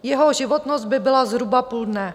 Jeho životnost by byla zhruba půl dne.